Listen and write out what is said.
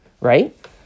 right